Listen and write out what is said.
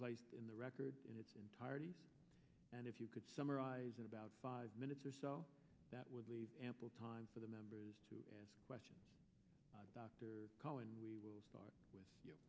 placed in the record in its entirety and if you could summarize in about five minutes or so that would leave ample time for the members to question dr cohen we will start with you